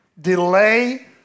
delay